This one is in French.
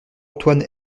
antoine